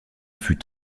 fut